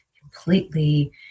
completely